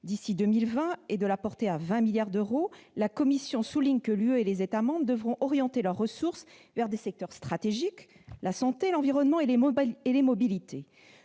d'ici à 2020 et de le porter ainsi à 20 milliards d'euros, la Commission souligne que l'Union européenne et les États membres devront orienter leurs ressources vers des secteurs stratégiques : la santé, l'environnement et les mobilités.